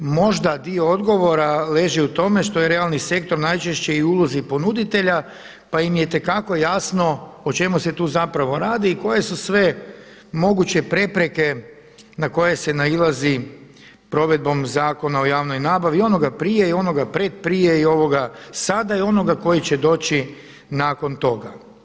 Možda dio odgovora leži u tome što je realni sektor najčešće i u ulozi ponuditelja pa im je itekako jasno o čemu se tu zapravo radi i koje su sve moguće prepreke na koje se nailazi provedbom Zakon o javnoj nabavi i onoga prije i onoga predprije i ovoga sada i onoga koji će doći nakon toga.